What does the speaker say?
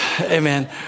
Amen